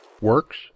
Works